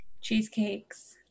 Cheesecakes